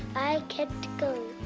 i kept going.